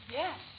yes